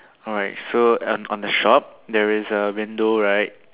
alright so on on the shop there is a window right